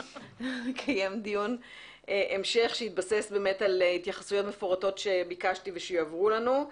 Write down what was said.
דיון המשך שיתבסס באמת על ההתייחסויות המפורטות שביקשתי ושיועברו לנו.